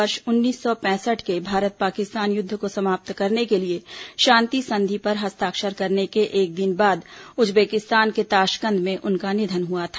वर्ष उन्नीस सौ पैंसठ के भारत पाकिस्तान युद्ध को समाप्त करने के लिए शांति संधि पर हस्ताक्षर करने के एक दिन बाद उज्बेकिस्तान के ताशकंद में उनका निधन हुआ था